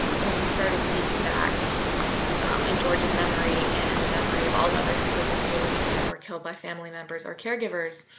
when we started speaking back in georgia's memory and in the memory of all the other people with disabilities who were killed by family members or caregivers,